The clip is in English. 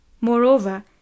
moreover